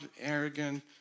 arrogant